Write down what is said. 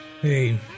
Hey